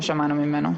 מאז לא שמענו ממנו.